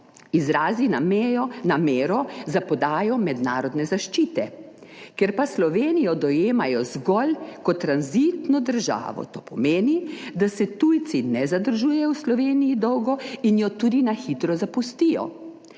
mejo, namero za podajo mednarodne zaščite, ker pa Slovenijo dojemajo zgolj kot tranzitno državo, to pomeni, da se tujci ne zadržujejo v Sloveniji dolgo in jo tudi na hitro zapustijo.